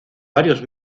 varios